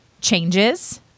changes